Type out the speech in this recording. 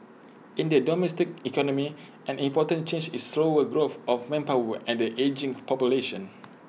in the domestic economy an important change is slower growth of manpower and the ageing population